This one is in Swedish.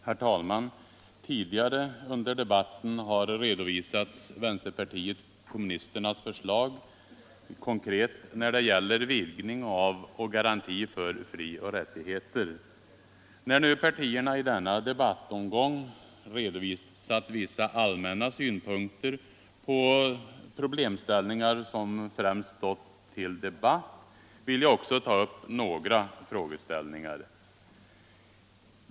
Herr talman! Vänsterpartiet kommunisternas konkreta förslag när det gäller vidgning av och garanti för frioch rättigheter har redovisats tidigare under debatten. Efter det att de övriga partiernas representanter i denna debattomgång nu redovisat vissa allmänna synpunkter på de problem som främst stått under diskussion vill också jag ta upp några frågeställningar.